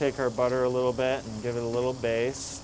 take her butter a little bit and give it a little base